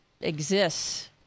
exists